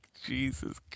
Jesus